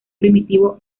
primitivo